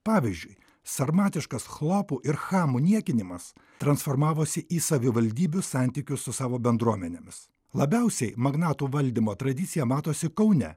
pavyzdžiui sarmatiškas chlopų ir chamų niekinimas transformavosi į savivaldybių santykius su savo bendruomenėmis labiausiai magnatų valdymo tradicija matosi kaune